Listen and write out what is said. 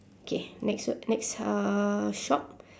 okay next what next uhh shop